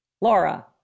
Laura